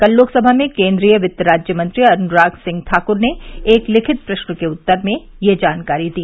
कल लोकसभा में केन्द्रीय वित्त राज्यमंत्री अनुराग सिंह ठाकुर ने एक लिखित प्रश्न के उत्तर में यह जानकारी दी